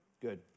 Good